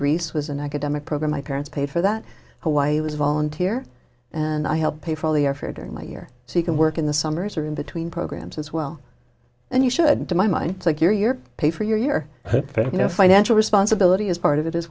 greece was an academic program my parents paid for that hawaii was volunteer and i helped pay for all the effort during my year so you can work in the summers are in between programs as well and you should to my mind like your year pay for your year financial responsibility is part of it